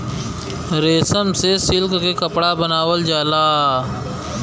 रेशम से सिल्क के कपड़ा बनावल जाला